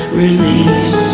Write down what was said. release